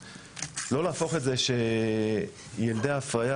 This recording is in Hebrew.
ולא להפוך את העניין של ילדי ההפריה